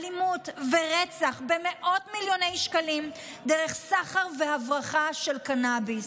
אלימות ורצח במאות מיליוני שקלים דרך סחר והברחה של קנביס,